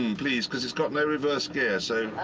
and please, cause it's got no reverse gear, so.